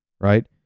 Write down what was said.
Right